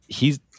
hes